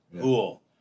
Cool